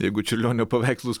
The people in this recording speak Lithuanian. jeigu čiurlionio paveikslus